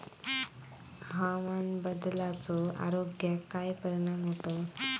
हवामान बदलाचो आरोग्याक काय परिणाम होतत?